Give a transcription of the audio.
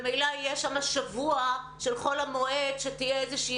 ממילא יש שבוע של חול המועד שתהיה איזושהי